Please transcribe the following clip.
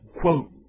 quote